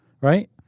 right